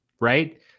right